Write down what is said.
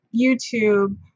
YouTube